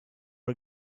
you